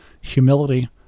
Humility